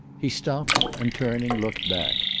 he stopped and, turning, looked back.